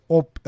op